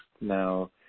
now